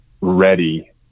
ready